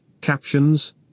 captions